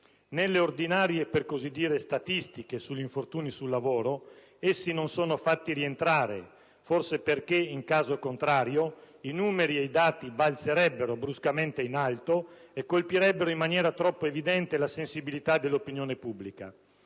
Nelle ordinarie ‑ per così dire ‑ statistiche sugli infortuni sul lavoro essi non sono fatti rientrare, forse perché, in caso contrario, i numeri ed i dati balzerebbero bruscamente in alto e colpirebbero in maniera troppo evidente la sensibilità dell'opinione pubblica.